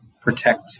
protect